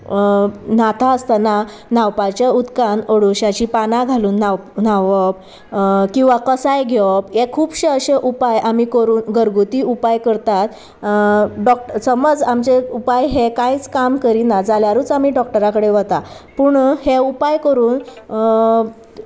न्हाता आसतना न्हावपाच्या उदकान ओडश्याची पानां घालून न्ह न्हावप किंवां कसाय घेवप हे खुबशे अशे उपाय आमी करून घरगुती उपाय करतात डॉक्ट समज आमचे उपाय हे कांयच काम करिना जाल्यारूच आमी डॉक्टरा कडेन वता पूण हे उपाय करून